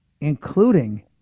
including